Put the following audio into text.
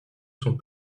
sont